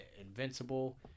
invincible